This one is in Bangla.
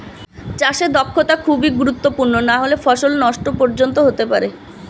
চাষে দক্ষতা খুবই গুরুত্বপূর্ণ নাহলে ফসল নষ্ট পর্যন্ত হতে পারে